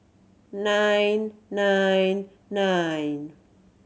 nine nine nine